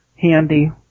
handy